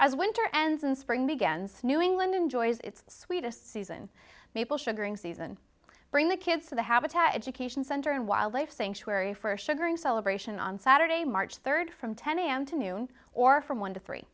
as winter and spring begins new england enjoys its sweetest season maple sugar season bring the kids to the habitat education center and wildlife sanctuary for sugaring celebration on saturday march third from ten am to noon or from one to three